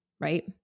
right